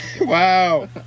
Wow